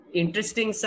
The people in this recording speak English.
interesting